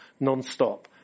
nonstop